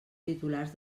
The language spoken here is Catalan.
titulars